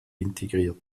integriert